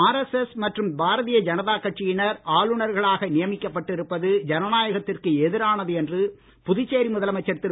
RSS மற்றும் பாரதிய ஜனதா கட்சியினர் ஆளுநர்களாக நியமிக்கப்பட்டிருப்பது ஜனநாயகத்திற்கு எதிரானது என்று புதுச்சேரி முதலமைச்சர் திரு